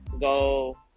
go